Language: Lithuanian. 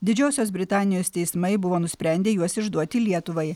didžiosios britanijos teismai buvo nusprendę juos išduoti lietuvai